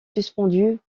suspendu